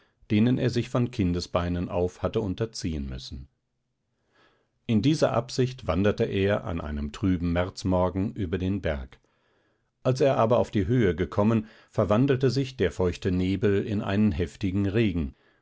denen er sich von kindesbeinen auf hatte unterziehen müssen in dieser absicht wanderte er an einem trüben märzmorgen über den berg als er aber auf die höhe gekommen verwandelte sich der feuchte nebel in einen heftigen regen